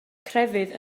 crefydd